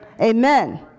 Amen